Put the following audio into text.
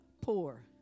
poor